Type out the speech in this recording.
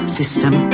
system